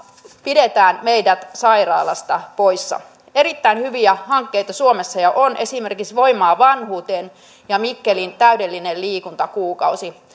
pidetään meidät sairaalasta poissa erittäin hyviä hankkeita suomessa jo on esimerkiksi voimaa vanhuuteen ja mikkelin täydellinen liikuntakuukausi